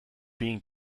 being